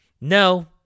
No